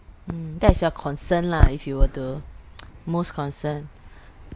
mm that's your concern lah if you were to most concerned